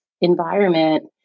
environment